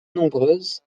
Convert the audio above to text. nombreuses